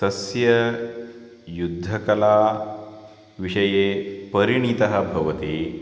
तस्य युद्धकला विषये परिणितः भवति